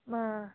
ಮಾ